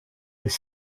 des